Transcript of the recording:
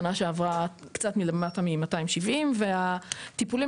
שנה שעברה קצת מתחת ל-270 מיליוני שקלים ובטיפולים